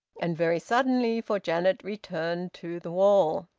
and very suddenly, for janet returned to the wall.